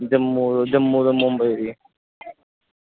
जम्मू जम्मू दा मुंबई